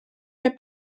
der